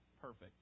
perfect